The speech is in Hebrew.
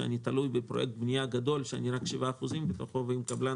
שאני תלוי בפרויקט בנייה גדולה שאני רק 7% מתוכו ואם קבלן